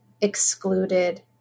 excluded